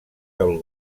del